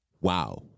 wow